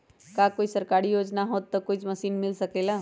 का कोई सरकारी योजना के तहत कोई मशीन मिल सकेला?